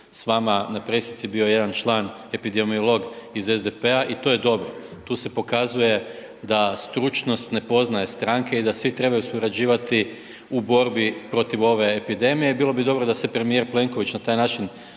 s vama na presici bio jedan član, epidemiolog iz SDP-a i to je dobro. Tu se pokazuje da stručnost ne poznaje stranke i da svi trebaju surađivati u borbi protiv ove epidemije i bilo bi dobro da se premijer Plenković na taj način